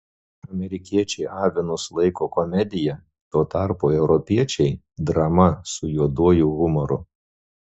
amerikiečiai avinus laiko komedija tuo tarpu europiečiai drama su juoduoju humoru